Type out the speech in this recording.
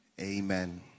Amen